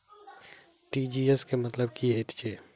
TGS केँ मतलब की हएत छै?